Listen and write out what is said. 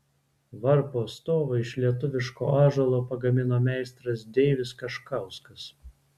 varpo stovą iš lietuviško ąžuolo pagamino meistras deivis kaškauskas